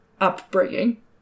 upbringing